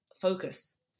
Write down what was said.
focus